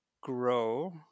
grow